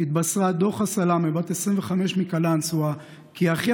התבשרה דוחא סלאמה בת 25 מקלנסווה כי אחיה,